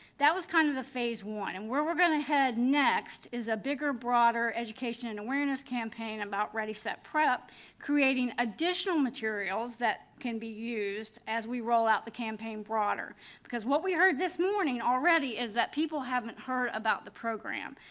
that was kind of the phase i and where we're going to head next is a bigger, broader education and awareness campaign about ready set prep creating additional materials that can be used as we roll out the campaign broader because what we heard this morning already is that people haven't heard about the program,